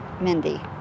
Mindy